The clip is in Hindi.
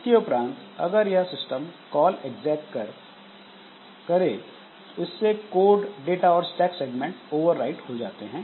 इसके उपरांत अगर यह सिस्टम कॉल एग्जैक करें तो इससे कोड डाटा और स्टैक सेगमेंट ओवरराइट हो जाते हैं